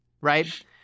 right